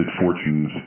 fortunes